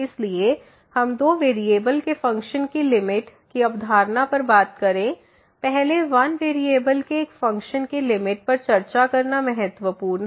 इसलिए अब हम दो वेरिएबल के फ़ंक्शन की लिमिट की अवधारणा पर बात करें पहले वन वेरिएबल के एक फ़ंक्शन की लिमिट पर चर्चा करना महत्वपूर्ण है